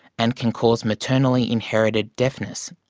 and can cause maternally inherited deafness.